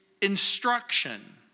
instruction